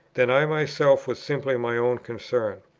then i myself was simply my own concern.